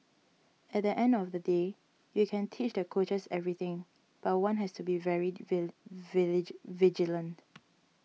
at the end of the day you can teach the coaches everything but one has to be very village vigilant